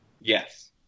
Yes